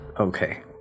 okay